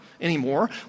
anymore